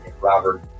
Robert